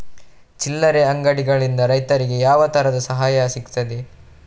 ಚಿಲ್ಲರೆ ಅಂಗಡಿಗಳಿಂದ ರೈತರಿಗೆ ಯಾವ ತರದ ಸಹಾಯ ಸಿಗ್ತದೆ?